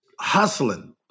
hustling